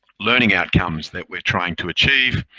learning outcomes that we're trying to achieve.